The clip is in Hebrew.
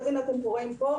הנה, אתם רואים כאן.